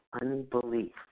unbelief